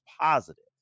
positive